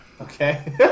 Okay